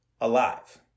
alive